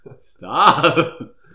Stop